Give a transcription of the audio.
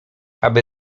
aby